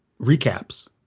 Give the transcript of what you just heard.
recaps